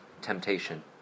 temptation